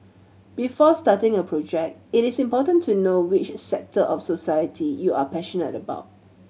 before starting a project it is important to know which sector of society you are passionate about